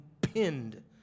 pinned